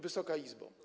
Wysoka Izbo!